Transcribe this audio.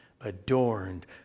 adorned